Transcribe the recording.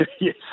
Yes